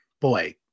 boy